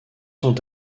sont